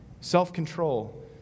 self-control